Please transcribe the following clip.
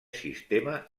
sistema